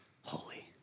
holy